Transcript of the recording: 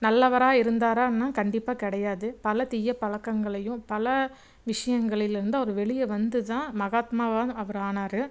நல்லவராக இருந்தாரா என்ன கண்டிப்பாக கிடையாது பல தீய பழக்கங்களையும் பல விஷயங்களில் இருந்து அவரு வெளியே வந்து தான் மகாத்மாவாக அவரு ஆனாரு